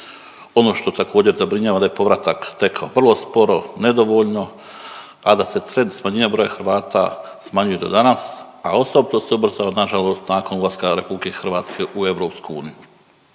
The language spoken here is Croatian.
Ono što također, zabrinjava, da je povratak tekao vrlo sporo, nedovoljno, a da se trend smanjenja broja Hrvata smanjuje do danas, a osobito se ubrzao, nažalost nakon ulaska RH u EU,